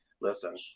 listen